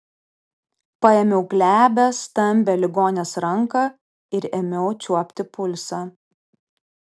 paėmiau glebią stambią ligonės ranką ir ėmiau čiuopti pulsą